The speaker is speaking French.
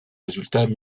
résultats